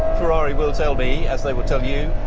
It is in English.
ferrari will tell me, as they will tell you,